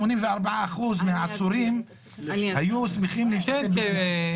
84% מהעצורים היו שמחים להשתתף ב-VC.